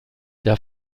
der